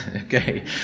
Okay